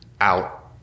out